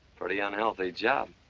pretty unhealthy job.